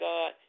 God